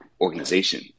organization